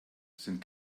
sind